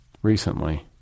recently